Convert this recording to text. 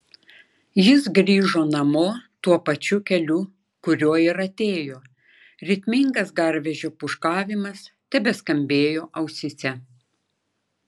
jis grįžo namo tuo pačiu keliu kuriuo ir atėjo ritmingas garvežio pūškavimas tebeskambėjo ausyse